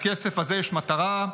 לכסף הזה יש מטרה,